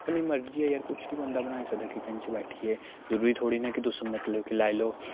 अपनी मर्जी ऐ यार कुछ बी बंदा बनाई सकदा किचन च बैठियै जरूरी थोह्ड़ी ना कि तुस मतलब कि लाई लैओ